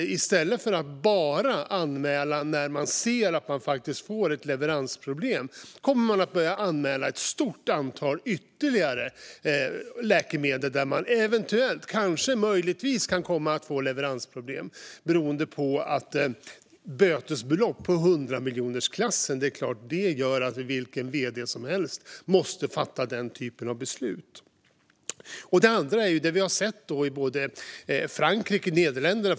I stället för att bara anmäla när man ser att man faktiskt får ett leveransproblem kommer man att börja anmäla ett stort antal ytterligare läkemedel där man eventuellt kan få leveransproblem. Ett bötesbelopp i 100-miljonersklassen gör att vilken vd som helst måste fatta den typen av beslut. Det andra är det som vi har sett i både Frankrike och Nederländerna.